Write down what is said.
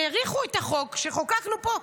האריכו את החוק שחוקקנו פה,